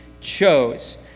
chose